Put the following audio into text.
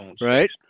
Right